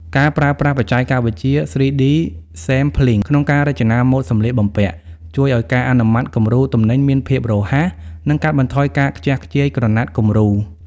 ការប្រើប្រាស់បច្ចេកវិទ្យា 3D Sampling ក្នុងការរចនាម៉ូដសម្លៀកបំពាក់ ជួយឱ្យការអនុម័តគំរូទំនិញមានភាពរហ័ស និងកាត់បន្ថយការខ្ជះខ្ជាយក្រណាត់គំរូ។